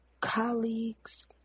colleagues